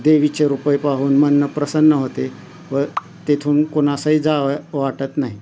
देवीचे रूपही पाहून मन प्रसन्न होते व तेथून कोणासही जावया वाटत नाही